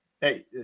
hey